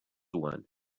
one